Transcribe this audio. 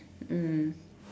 mm